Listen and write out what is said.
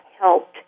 helped